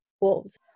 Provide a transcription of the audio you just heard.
wolves